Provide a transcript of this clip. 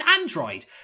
android